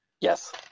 Yes